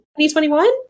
2021